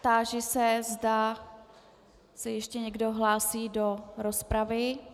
Táži se, zda se ještě někdo hlásí do rozpravy.